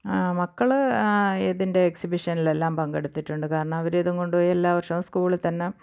ആ മക്കൾ ഇതിൻ്റെ എക്സിബിഷനിലെല്ലാം പങ്കെടുത്തിട്ടുണ്ട് കാരണം അവർ ഇത് കൊണ്ടുപോയി എല്ലാ വർഷവും സ്കൂളിൽ തന്നെ